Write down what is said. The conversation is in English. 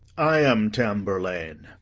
i am tamburlaine.